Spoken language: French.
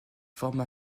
forment